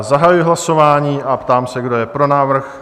Zahajuji hlasování a ptám se, kdo je pro návrh?